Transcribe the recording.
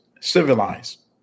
civilized